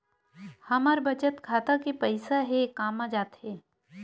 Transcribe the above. हमर बचत खाता के पईसा हे कामा जाथे?